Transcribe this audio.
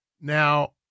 Now